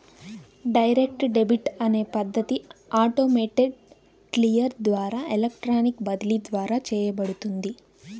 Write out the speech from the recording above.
direct debit అనే పద్ధతి automated clear ద్వారా ఎలక్ట్రానిక్ బదిలీ ద్వారా చేయబడుతుంది